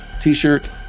t-shirt